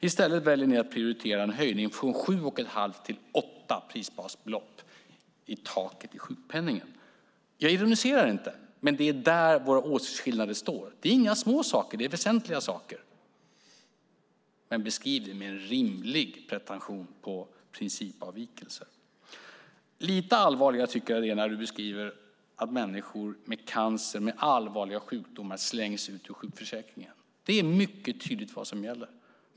I stället väljer ni att prioritera en höjning från sju och ett halvt till åtta prisbasbelopp i taket i sjukpenningen. Jag ironiserar inte, men det är där våra åsiktsskillnader står. Det är inga små saker; det är väsentliga saker. Men beskriv det med en rimlig pretention på principavvikelser! Lite allvarligare tycker jag att det är när Tomas Eneroth beskriver att människor med cancer och andra allvarliga sjukdomar slängs ut ur sjukförsäkringen. Det är mycket tydligt vad som gäller.